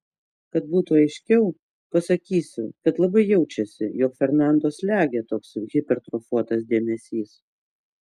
kad būtų aiškiau pasakysiu kad labai jaučiasi jog fernando slegia toks hipertrofuotas dėmesys